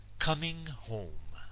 coming home